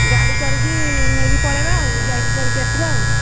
ଗାଡ଼ି କରିକି ନେଇକି ପଳେଇବା ଆଉ ଯାଇକି କରିକି ଆସିବା ଆଉ